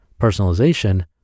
personalization